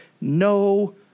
no